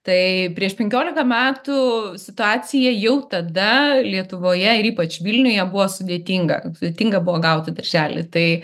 tai prieš penkiolika metų situacija jau tada lietuvoje ir ypač vilniuje buvo sudėtinga sudėtinga buvo gauti darželį tai